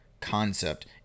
concept